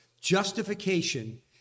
Justification